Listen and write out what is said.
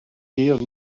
hir